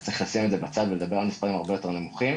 צריך לשים את זה בצד ולדבר על מספרים הרבה יותר נמוכים.